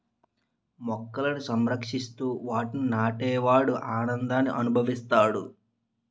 మొక్కలని సంరక్షిస్తూ వాటిని నాటే వాడు ఆనందాన్ని అనుభవిస్తాడు